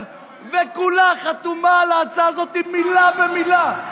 וכולה חתומה על ההצעה הזאת מילה במילה,